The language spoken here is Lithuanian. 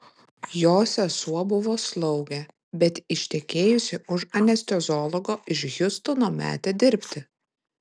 jo sesuo buvo slaugė bet ištekėjusi už anesteziologo iš hjustono metė dirbti